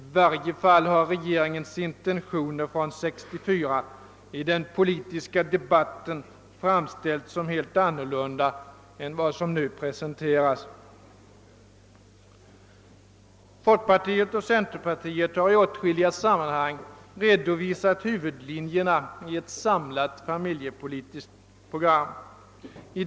I varje fall har regeringens intentioner från 1964 i den politiska debatten framställts som helt annorlunda än vad som nu presenteras. Folkpartiet och centerpartiet har i åtskilliga sammahang redovisat huvudlinjerna i ett samlat familjepolitiskt program.